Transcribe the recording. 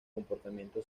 comportamiento